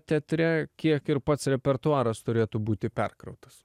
teatre kiek ir pats repertuaras turėtų būti perkrautas